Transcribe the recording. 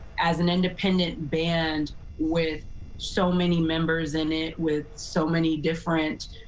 as an independent band with so many members in it, with so many different